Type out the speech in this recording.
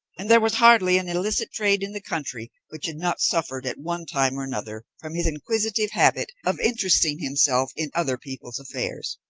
and there was hardly an illicit trade in the country which had not suffered at one time or another from his inquisitive habit of interesting himself in other people's affairs.